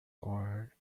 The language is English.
are